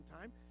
time